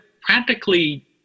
practically